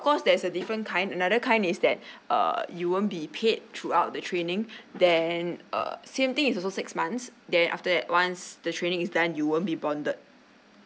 of course there's a different kind another kind is that err you won't be paid throughout the training then err same thing is also six months then after that once the training is done you won't be bonded